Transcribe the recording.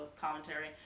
commentary